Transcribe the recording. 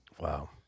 Wow